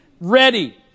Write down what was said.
ready